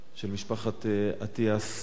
של משפחת אטיאס,